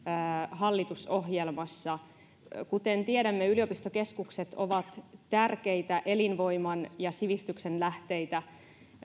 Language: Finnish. hallitusohjelmassa kuten tiedämme yliopistokeskukset ovat tärkeitä elinvoiman ja sivistyksen lähteitä